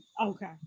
Okay